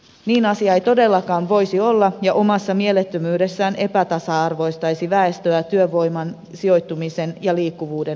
niin asia ei todellakaan voisi olla ja omassa mielettömyydessään epätasa arvoistaisi väestöä työvoiman sijoittumisen ja liikkuvuuden osalta